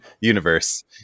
universe